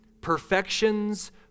perfections